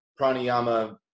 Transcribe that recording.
pranayama